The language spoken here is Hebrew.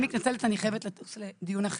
אני מתנצלת אני חייבת לטוס לדיון אחר.